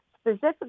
specifically